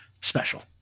special